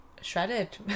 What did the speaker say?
shredded